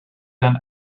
than